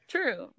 True